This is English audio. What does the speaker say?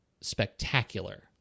spectacular